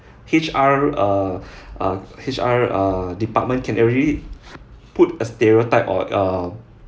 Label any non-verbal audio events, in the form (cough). H_R uh (breath) err H_R uh department can already put a stereotype on uh